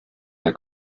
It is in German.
der